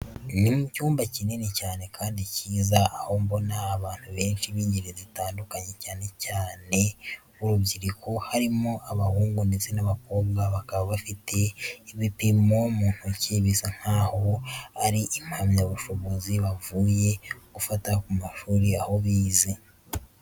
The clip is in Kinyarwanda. Ni mu cyumba kinini cyane kandi cyiza aho mbona abantu benshi b'ingeri zitandukanye cyane cyane b'urubyiruko, harimo abahungu ndetse n'abakobwa, bakaba bafite ibipapuro mu ntoki bisa nkaho ari impamyabushobozi bavuye gufata ku mashuri aho bize.